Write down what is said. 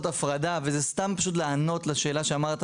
הפרדה וזה כדי לענות על השאלה ששאלת,